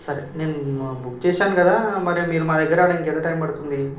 సరే నేను బుక్ చేశాను కదా మరి మీరు మా దగ్గరకు రావడానికి ఎంత టైం పడుతుంది